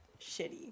shitty